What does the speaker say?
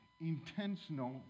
intentional